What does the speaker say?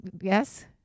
Yes